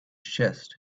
chest